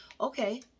Okay